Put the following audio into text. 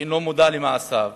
שאינו מודע למעשיו,